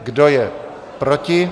Kdo je proti?